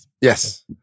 Yes